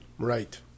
right